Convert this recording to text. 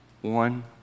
One